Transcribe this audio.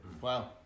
Wow